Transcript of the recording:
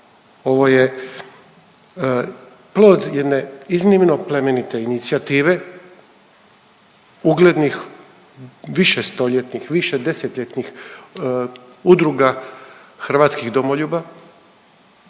Ovo je plod jedne iznimno plemenite inicijative uglednih višestoljetnih, višedesetljetnih udruga hrvatskih domoljuba